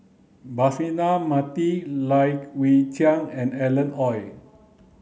Braema Mathi Lai Weijie and Alan Oei